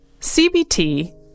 CBT